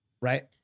Right